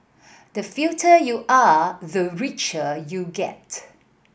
the you are the richer you get